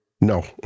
No